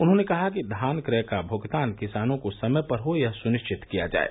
उन्होंने कहा कि धान कय का भुगतान किसानों को समय पर हो यह सुनिश्चित किया जाये